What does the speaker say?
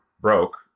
broke